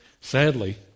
Sadly